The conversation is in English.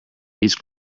each